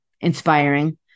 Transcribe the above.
inspiring